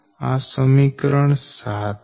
આ સમીકરણ 7 છે